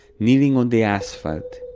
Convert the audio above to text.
kneeling on the asphalt,